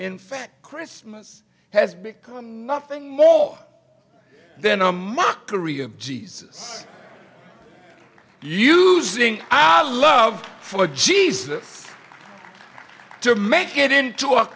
in fact christmas has become nothing more than a mockery of jesus using our love for jesus to make it into a